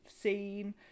seen